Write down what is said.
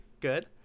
Good